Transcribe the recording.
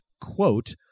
quote